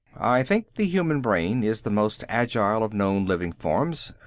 i think the human brain is the most agile of known living forms.